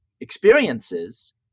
experiences